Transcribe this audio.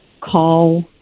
call